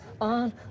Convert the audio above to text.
on